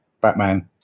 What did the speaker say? batman